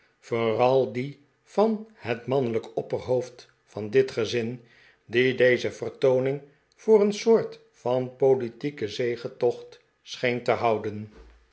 vooral die van het mannejijke opperhoofd van dit gezin die deze vertooning voor een soort van politieke zegetocht scheen te houden